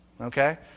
okay